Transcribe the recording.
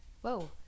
Whoa